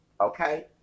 okay